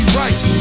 right